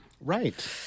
Right